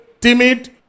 timid